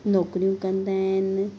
नौकरियूं कंदा आहिनि